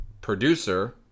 producer